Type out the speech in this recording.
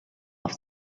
auf